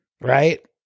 right